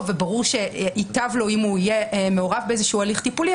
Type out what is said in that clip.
וברור שייטב לו אם הוא יהיה מעורב באיזשהו הליך טיפולי,